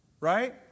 right